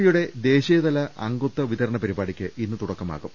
പിയുടെ ദേശീയതല അംഗത്വ വിതരണ പരിപാടിക്ക് ഇന്ന് തുട ക്കമാകും